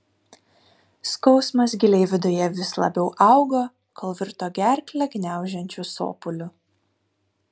skausmas giliai viduje vis labiau augo kol virto gerklę gniaužiančiu sopuliu